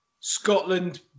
Scotland